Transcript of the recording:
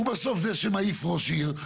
הוא בסוף זה שמעיף ראש עיר,